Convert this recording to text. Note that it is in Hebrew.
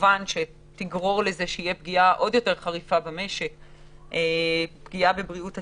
שתגרור לפגיעה עוד יותר חריפה במשק ובבריאות הציבור.